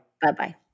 Bye-bye